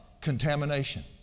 contamination